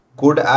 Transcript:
good